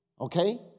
okay